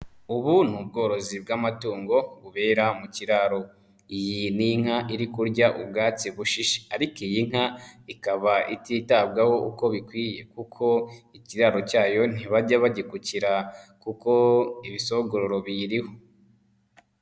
Ubu ni ubworozi bw'amatungo bubera mu kiraro. Iyi ni inka iri kurya ubwatsi bushishe ariko iyi nka ikaba ititabwaho uko bikwiye kuko ikiraro cyayo ntibajya bagikukira kuko ibisogororo biyiriho.